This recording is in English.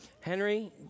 Henry